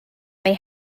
they